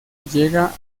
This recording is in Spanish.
llega